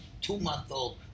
two-month-old